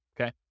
okay